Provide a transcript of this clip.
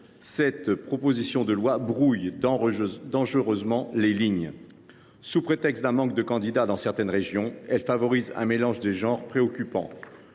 cette proposition de loi brouille dangereusement les lignes. Sous prétexte d’un manque de candidats dans certaines régions, elle tend à favoriser un mélange des genres préoccupant.